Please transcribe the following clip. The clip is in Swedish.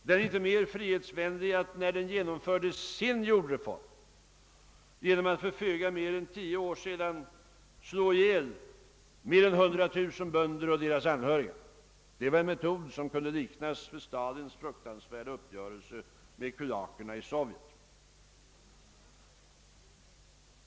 Den är inte mera frihetsvänlig än att den genomförde sin jordreform för föga mer än tio år sedan genom att slå ihjäl över 100 000 bönder och deras anhöriga, en metod som kunde liknas vid Stalins fruktansvärda uppgörelse med kulakerna i Sovjet.